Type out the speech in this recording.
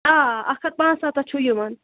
آ آ اَکھ ہَتھ پانٛژھ ستَتھ چھُ یِوان